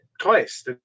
twice